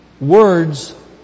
Words